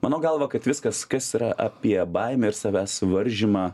mano galva kad viskas kas yra apie baimę ir savęs varžymą